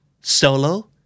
solo